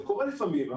זה קורה לפעמים,